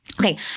Okay